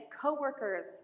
co-workers